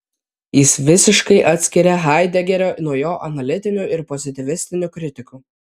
jis visiškai atskiria haidegerio nuo jo analitinių ir pozityvistinių kritikų